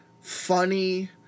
funny